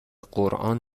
قرآن